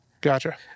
Gotcha